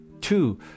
Two